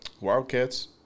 Wildcats